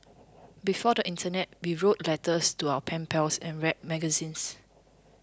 before the internet we wrote letters to our pen pals and read magazines